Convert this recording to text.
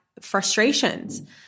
frustrations